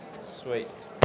Sweet